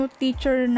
teacher